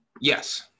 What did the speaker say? Yes